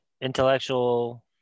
intellectual